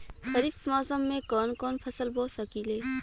खरिफ मौसम में कवन कवन फसल बो सकि ले?